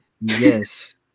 Yes